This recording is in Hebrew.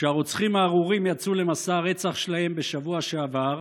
כשהרוצחים הארורים יצאו למסע הרצח שלהם בשבוע שעבר,